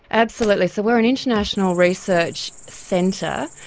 absolutely, so we're an international research centre,